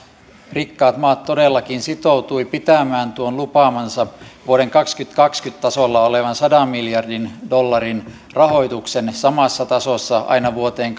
rikkaat maat todellakin sitoutuivat pitämään tuon lupaamansa vuoden kaksituhattakaksikymmentä tasolla olevan sadan miljardin dollarin rahoituksen samassa tasossa aina vuoteen